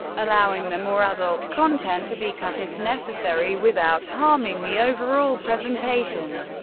allowing the more adult content to be cut if necessary without harming the overall presentation.